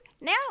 Now